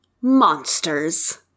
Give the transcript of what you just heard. monsters